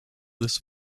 this